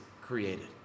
created